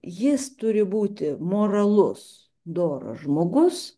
jis turi būti moralus doras žmogus